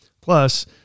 Plus